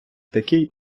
такий